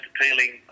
appealing